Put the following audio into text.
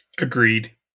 agreed